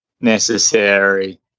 necessary